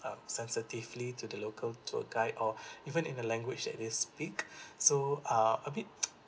sensitively to the local tour guide or even in the language that he speak so uh a bit